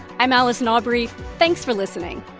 i'm allison aubrey. thanks for listening